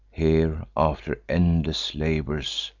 here, after endless labors,